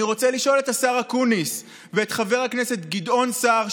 אני רוצה לשאול את השר אקוניס ואת חבר הכנסת גדעון סער,